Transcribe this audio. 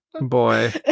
Boy